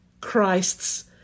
Christ's